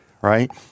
right